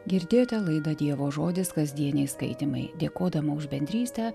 girdėjote laidą dievo žodis kasdieniai skaitymai dėkodama už bendrystę